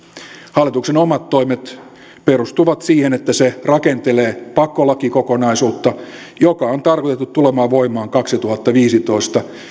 hallituksen omat toimet perustuvat siihen että se rakentelee pakkolakikokonaisuutta joka on tarkoitettu tulemaan voimaan kaksituhattaviisitoista